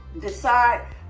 decide